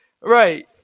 right